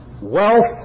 Wealth